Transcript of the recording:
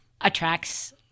attracts